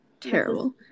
Terrible